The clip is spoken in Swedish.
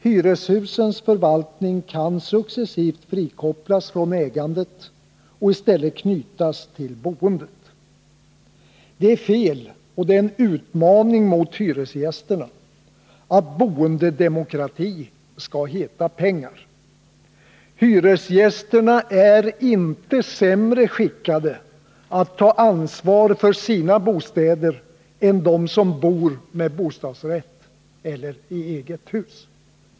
Hyreshusens förvaltning kan successivt frikopplas från ägandet ochi stället knytas till boendet. Det är fel och det är en utmaning mot hyresgästerna att boendedemokrati skall heta pengar. Hyresgästerna är inte sämre skickade att ta ansvar för sina bostäder än de som bor med bostadsrätt eller i eget hus.